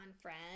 friend